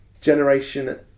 Generation